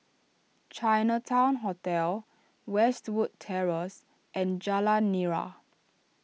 Chinatown Hotel Westwood Terrace and Jalan Nira